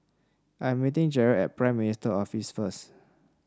I'm meeting Jarred at Prime Minister's Office first